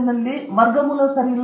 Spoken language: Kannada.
ನೀವು ಈ ಪ್ರಯಾಣದ ಮೂಲಕ ಸರಿಯಾಗಿ ಹೋಗಬೇಕು